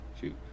shoot